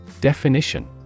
Definition